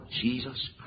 Jesus